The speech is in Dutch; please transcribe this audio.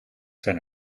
zijn